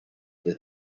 that